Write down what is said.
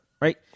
right